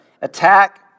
attack